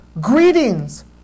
Greetings